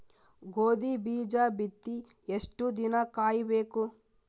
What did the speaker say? ಗೋಧಿ ಬೀಜ ಬಿತ್ತಿ ಎಷ್ಟು ದಿನ ಕಾಯಿಬೇಕು?